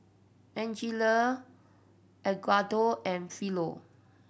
Angela Edgardo and Philo